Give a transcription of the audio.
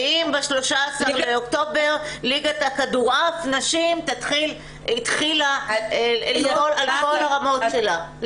האם ב-13 באוקטובר ליגת הכדורעף נשים התחילה לפעול על כל הרמות שלה,